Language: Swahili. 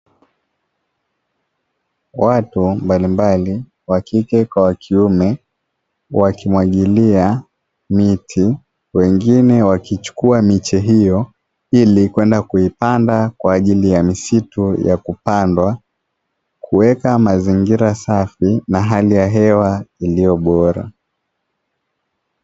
Watu mbalimbali wa kike kwa wa kiume wakimwagilia miti wengine wakichukua miche hiyo ili kwenda kuipanda kwa ajili ya misitu ya kupandwa, kuweka mazingira safi na hali ya hewa iliyo bora.